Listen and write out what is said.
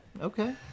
Okay